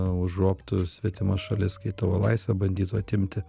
užgrobtų svetima šalis kai tavo laisvę bandytų atimti